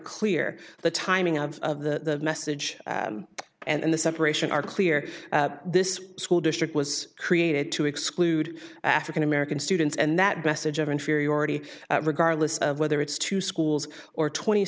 clear the timing of the message and the separation are clear this school district was created to exclude african american students and that best age of inferiority regardless of whether it's two schools or twenty